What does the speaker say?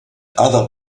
other